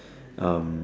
um